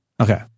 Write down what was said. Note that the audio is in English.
Okay